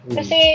Kasi